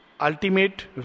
ultimate